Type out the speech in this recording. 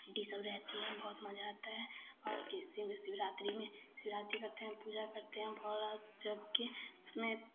aunty सब रहती हैं बहुत मज़ा आता है और किसी भी शिवरात्रि में शिवरात्रि करते हैं पूजा करते हैं भर रात जगकर उसमें